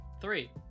Three